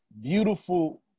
beautiful